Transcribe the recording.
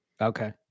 Okay